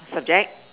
subject